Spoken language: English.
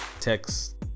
text